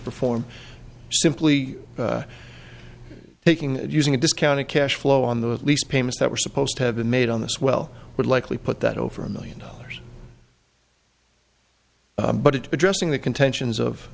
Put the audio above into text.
perform simply taking using a discounted cash flow on the lease payments that were supposed to have been made on this well would likely put that over a million dollars but it addressing the contentions of